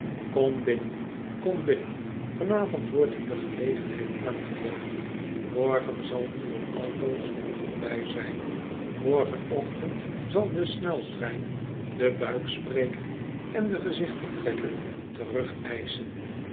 kom binnen kom binnen van avond wordt u de gelegenheid aangeboden morgen zal die voor altoos voorbij zijn morgenochtend zal de sneltrein den buikspreker on den